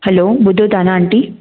hello ॿुधो था न अंटी